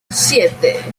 siete